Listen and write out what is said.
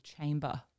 chamber